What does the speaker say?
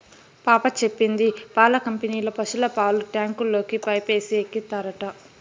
పాప చెప్పింది పాల కంపెనీల పశుల పాలు ట్యాంకుల్లోకి పైపేసి ఎక్కిత్తారట